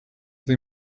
they